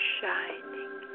shining